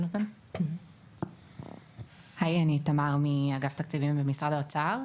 שלום, אני מאגף תקציבים במשרד האוצר.